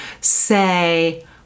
say